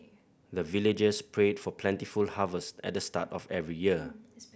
the villagers pray for plentiful harvest at the start of every year